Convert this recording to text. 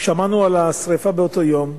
שמענו על השרפה באותו יום,